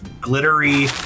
glittery